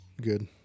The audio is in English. good